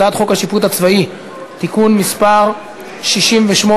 הצעת חוק השיפוט הצבאי (תיקון מס' 68),